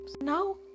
Now